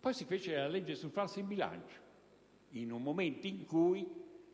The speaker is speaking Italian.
Poi si fece la legge sul falso in bilancio, in un momento in cui